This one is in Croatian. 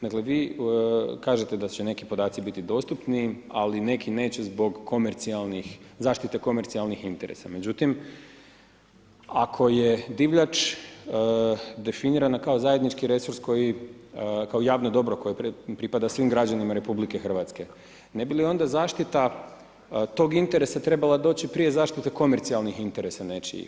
Dakle, vi kažete da će neki podaci bi dostupni ali neki neće zbog komercijalnih, zaštite komercijalnih interesa, međutim ako je divljač definirana kao zajednički resurs koji, kao javno dobro koje pripada svim građanima RH, ne bi li onda zaštita tog interesa trebala doći prije zaštite komercijalnih interesa nečijih.